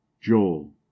joel